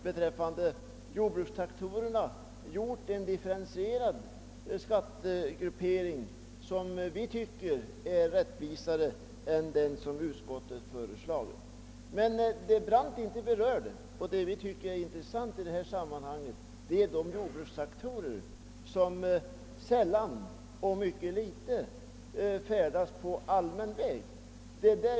Beträffande jordbrukstraktorerna har vi skisserat en differentierad skattegruppering, som vi anser vara rättvisare än den som utskottet föreslagit. Vad herr Brandt inte berört men vi finner intressant i detta sammanhang är de jordbrukstraktorer som mycket sällan framförs på allmän väg.